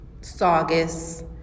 Saugus